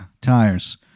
tires